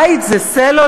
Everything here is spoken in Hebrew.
בית זה סלולר?